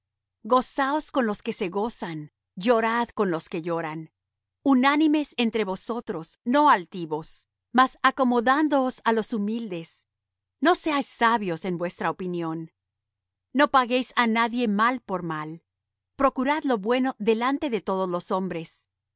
gozaos con los que se gozan llorad con los que lloran unánimes entre vosotros no altivos mas acomodándoos á los humildes no seáis sabios en vuestra opinión no paguéis á nadie mal por mal procurad lo bueno delante de todos los hombres